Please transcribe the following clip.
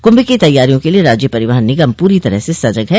कुंभ की तैयारियों के लिए राज्य परिवहन निगम पूरी तरह से सजग है